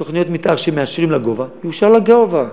תוכניות מתאר שמאשרים בהן לגובה, יאושר לגובה.